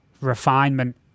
refinement